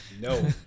No